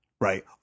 right